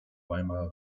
weimarer